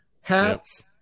hats